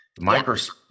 Microsoft